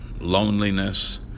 loneliness